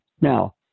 Now